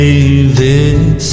David